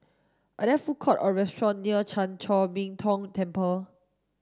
are there food court or restaurant near Chan Chor Min Tong Temple